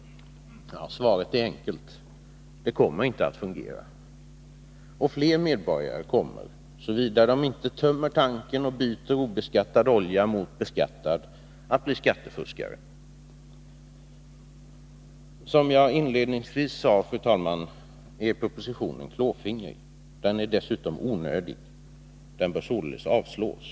Svaret är enkelt: den kommer inte att fungera! Och fler medborgare kommer att bli skattefuskare, såvida de inte tömmer tanken och byter ut obeskattad olja mot beskattad. Som jag inledningsvis sade, fru talman, är det en klåfingrighetsproposition. Propositionen är dessutom onödig. Den bör således avslås.